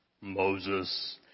Moses